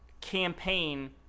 campaign